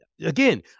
again